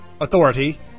authority